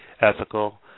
ethical